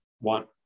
want